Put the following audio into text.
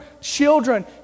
children